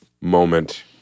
moment